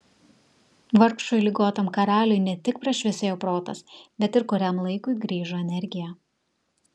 vargšui ligotam karaliui ne tik prašviesėjo protas bet ir kuriam laikui grįžo energija